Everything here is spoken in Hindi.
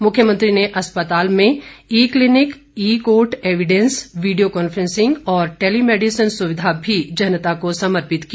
मुख्यमंत्री ने अस्पताल में e clinic e court evidence video conferencing और टेलीमेडिसन सुविधा भी जनता को समर्पित की